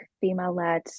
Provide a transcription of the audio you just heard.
female-led